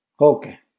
Okay